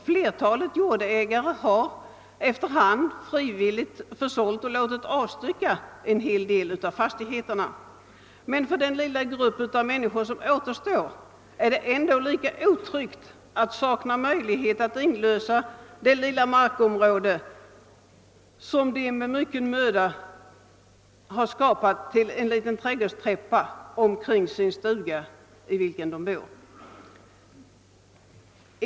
Flertalet jordägare har efter hand frivilligt försålt och låtit avstycka en hel delav fastigheterna, men för den lilla grupp av människor som återstår är det ändå lika otryggt att sakna möjlighet att inlösa det lilla markområde som de med mycken möda gjort till en liten trädgårdsstäppa kring den stuga de bebor.